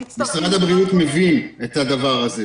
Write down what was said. משרד הבריאות מבין את הדבר הזה.